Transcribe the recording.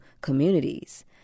communities